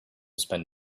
spend